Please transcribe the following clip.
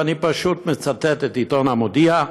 ואני פשוט מצטט את עיתון המודיע: